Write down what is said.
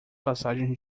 passagem